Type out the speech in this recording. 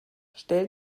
stell